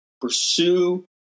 pursue